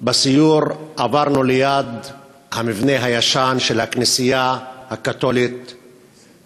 בסיור עברנו ליד המבנה הישן של הכנסייה הקתולית-לטינית,